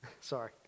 Sorry